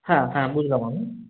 হ্যাঁ হ্যাঁ বুঝলাম আমি